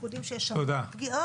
אנחנו יודעים שיש הרבה פגיעות,